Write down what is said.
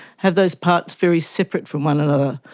have those parts very separate from one another,